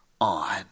on